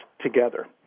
together